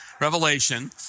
Revelation